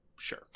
sure